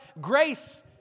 grace